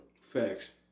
Facts